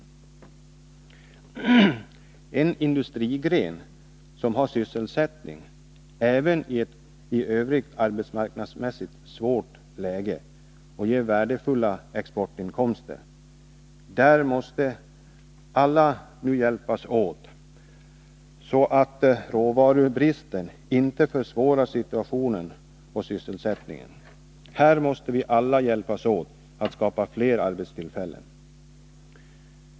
När det gäller en industrigren som har sysselsättning även i ett i övrigt arbetsmarknadsmässigt sett svårt läge och ger värdefulla exportinkomster måste alla hjälpas åt så att inte råvarubristen försvårar situationen. Här måste vi alla hjälpas åt att skapa flera arbetstillfällen.